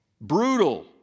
brutal